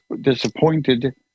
disappointed